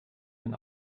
den